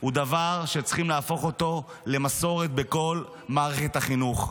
הוא דבר שצריכים להפוך אותו למסורת בכל מערכת החינוך.